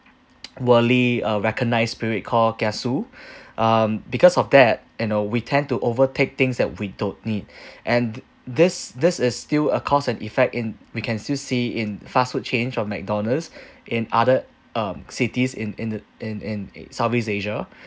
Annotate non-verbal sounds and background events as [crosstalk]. [noise] worldly uh recognised spirit called kiasu [breath] um because of that and uh we tend to overtake things that we don't need [breath] and th~ this this is still a cause and effect in we can still see in fast food change of McDonald's [breath] in other um cities in in the in in southeast asia